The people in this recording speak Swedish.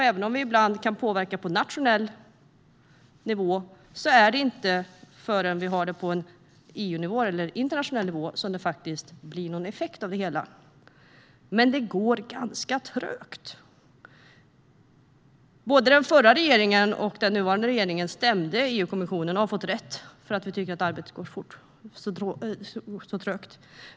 Även om vi ibland kan påverka på nationell nivå är det inte förrän vi har det på EU-nivå eller internationell nivå som det blir någon effekt av det hela. Det går ganska trögt. Både den förra och den nuvarande regeringen stämde EU-kommissionen för att man tyckte att arbetet går så trögt - och har fått rätt.